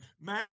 man